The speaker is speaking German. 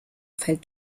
fällt